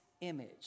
image